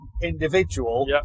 individual